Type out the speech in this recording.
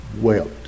Wept